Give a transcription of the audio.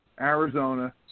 Arizona